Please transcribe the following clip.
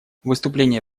выступление